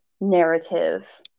narrative